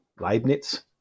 Leibniz